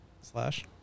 Slash